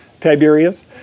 Tiberius